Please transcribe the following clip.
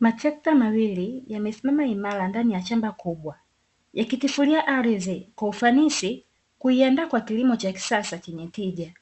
Matrekta mawili yamesimama imara ndani ya shamba kubwa yakitifulia ardhi kwa ufanisi kuiandaa kwa kilimo cha kisasa chenye tija.